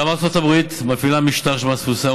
גם ארצות הברית מפעילה משטר של מס תפוסה,